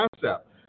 concept